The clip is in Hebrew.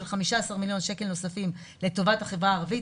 15 מיליון שקל נוספים לטובת החברה הערבית,